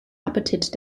appetit